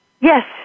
Yes